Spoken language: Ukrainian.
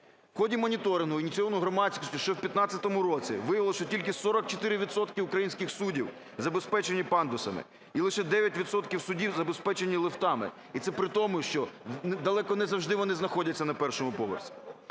В ході моніторингу, ініційованого громадськістю ще в 15-му році, виявилося, що тільки 44 відсотки українських судів забезпечені пандусами і лише 9 відсотків судів забезпечені ліфтами, і це при тому, що далеко не завжди вони знаходяться на першому поверсі.